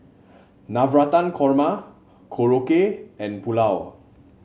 Navratan Korma Korokke and Pulao